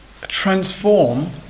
transform